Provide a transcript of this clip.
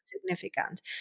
significant